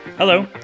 Hello